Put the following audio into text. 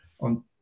on